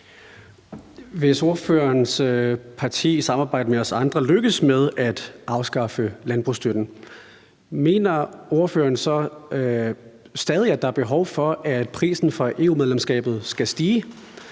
Hvis ordførerens parti i samarbejde med os andre lykkes med at afskaffe landbrugsstøtten, mener ordføreren så stadig, at der er behov for, at prisen for EU-medlemskabet skal stige,